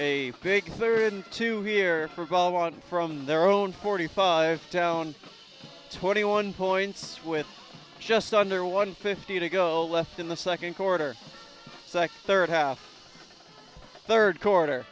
a big there in two here revolve on from their own forty five down twenty one points with just under one fifty to go left in the second quarter second third half third quarter